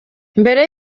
mbere